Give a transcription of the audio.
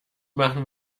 machen